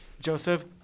Joseph